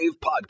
podcast